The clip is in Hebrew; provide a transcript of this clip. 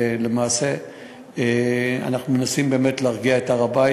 ולמעשה אנחנו מנסים להרגיע את הר-הבית,